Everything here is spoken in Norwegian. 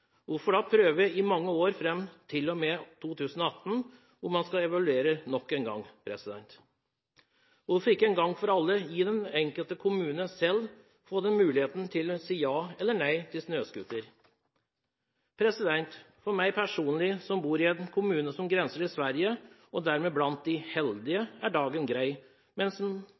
Hvorfor skal man da prøve i mange år til – til og med 2018 – for å evaluere nok en gang? Hvorfor ikke – en gang for alle – gi den enkelte kommune muligheten til selv å si ja eller nei til snøscooter? For meg personlig, som bor i en kommune som grenser til Sverige og dermed er blant de heldige, er dagen grei, mens